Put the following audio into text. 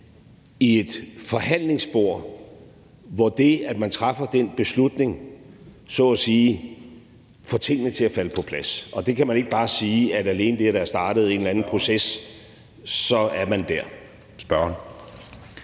et forhandlingsbord, hvor det, at man træffer den beslutning, så at sige får tingene til at falde på plads. Og der kan man ikke bare sige, at alene i det, at der er startet en eller anden proces, så er man der. Kl.